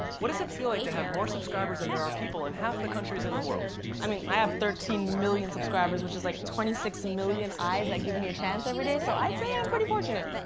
what does it feel like to have more subscribers than there are people in half the countries in the world? i mean i have thirteen million subscribers, which is like twenty six million eyes that give me a chance every day, so i'd say i'm pretty fortunate.